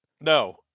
No